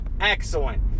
excellent